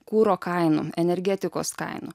kuro kainų energetikos kainų